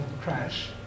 crash